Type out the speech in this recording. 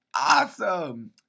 Awesome